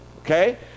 okay